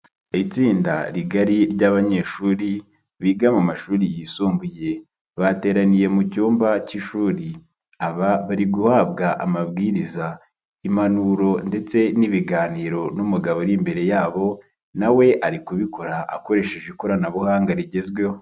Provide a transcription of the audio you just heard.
Itsinda rigari ry'abanyeshuri, biga mu mashuri yisumbuye, bateraniye mu cyumba cy'ishuri. Aba bari guhabwa amabwiriza, impanuro ndetse n'ibiganiro n'umugabo uri imbere yabo, nawe ari kubikora akoresheje ikoranabuhanga rigezweho.